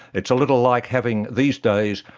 it's a little like having, these days,